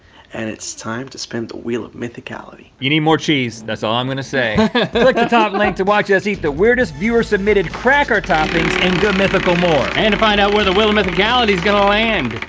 and it's time to spin the wheel of mythicality. you need more cheese. that's all i'm gonna say. click the top link to watch us eat the weirdest viewer-submitted cracker toppings in good mythical more. and to find out where the wheel of mythicality's gonna land.